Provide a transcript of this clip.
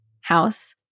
house